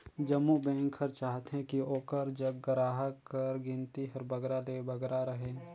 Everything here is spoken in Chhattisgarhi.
जम्मो बेंक हर चाहथे कि ओकर जग गराहक कर गिनती हर बगरा ले बगरा रहें